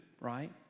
right